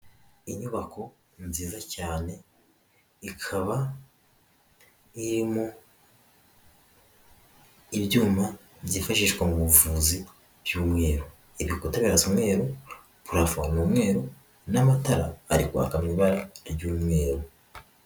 Inyubako nziza cyane ikaba irimo ibyuma byifashishwa mu buvuzi by’umweru, ibikuta biras’umweru, prafo n’umweru n'amatara ari kwaka mw’ibara ry'umweru.